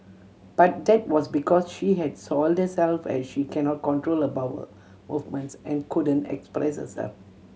but that was because she had soiled herself as she cannot control her bowel movements and couldn't express herself